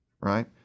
right